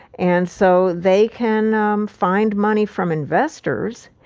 and so they can um find money from investors,